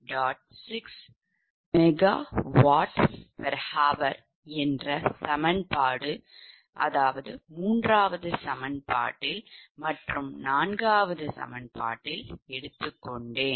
6RSMwhr என்று எடுத்துக்கொண்டேன்